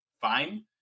fine